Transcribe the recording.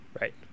right